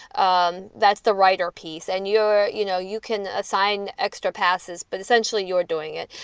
um that's the writer piece. and you're you know, you can assign extra passes, but essentially you're doing it.